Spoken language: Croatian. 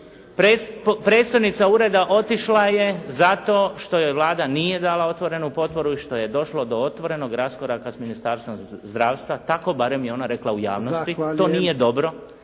Predstojnica ureda otišla je zato što joj Vlada nije dala otvorenu potporu, i što je došlo do otvorenog raskoraka s Ministarstvom zdravstva. Tako barem je ona rekla u javnosti. To nije dobro,